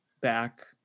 back